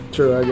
True